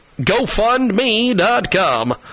GoFundMe.com